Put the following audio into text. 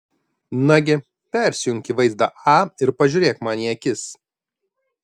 nagi persijunk į vaizdą a ir pažiūrėk man į akis